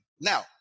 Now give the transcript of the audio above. Now